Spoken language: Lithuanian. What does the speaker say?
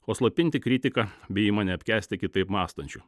o slopinti kritiką bei ima neapkęsti kitaip mąstančių